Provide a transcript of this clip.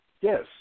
Yes